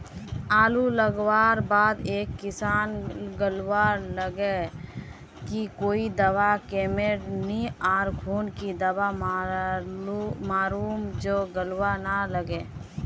आलू लगवार बात ए किसम गलवा लागे की कोई दावा कमेर नि ओ खुना की दावा मारूम जे गलवा ना लागे?